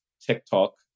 TikTok